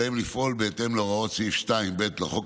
עליהם לפעול בהתאם להוראות סעיף 2(ב) לחוק